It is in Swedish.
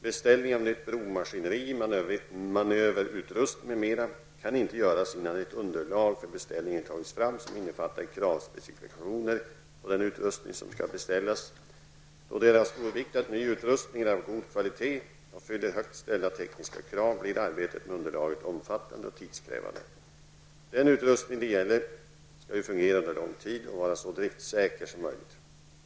Beställning av nytt bromaskineri, manöverutrustning m.m. kan inte göras innan ett underlag för beställningen tagits fram som innefattar kravspecifikationer på den utrustning som skall beställas. Då det är av stor vikt att ny utrustning är av god kvalitet och fyller högt ställda tekniska krav blir arbetet med underlaget omfattande och tidskrävande. Den utrustning det gäller skall ju fungera under lång tid och vara så driftsäker som möjligt.